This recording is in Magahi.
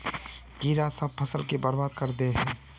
कीड़ा सब फ़सल के बर्बाद कर दे है?